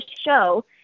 show